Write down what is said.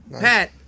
Pat